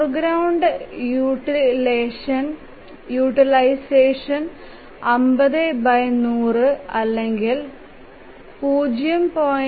foreground utilisation 50100 അല്ലെകിൽ 0